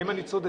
האם אני צודק?